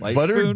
Butter